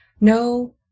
no